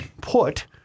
put